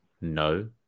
no